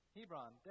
Hebron